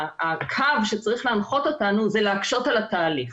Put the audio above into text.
הקו שצריך להנחות אותנו הוא להקשות על התהליך.